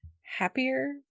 happier